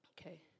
Okay